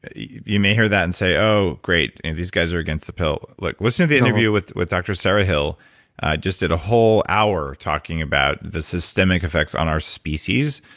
you may hear that and say, oh great. these guys are against the pill. look, listen to the interview with with dr. sarah hill. i just did a whole hour talking about the systemic effects on our species,